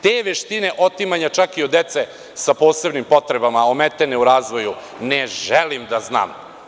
Te veštine, te veštine otimanja čak i od dece sa posebnim potrebama, omete u razvoju ne želim da znam.